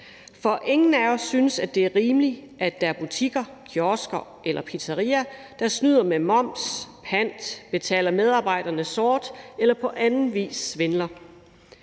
for ingen af os synes, at det er rimeligt, at der er butikker, kiosker eller pizzeriaer, der snyder med moms eller pant, betaler medarbejderne sort eller på anden vis svindler.